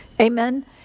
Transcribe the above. Amen